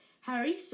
Harry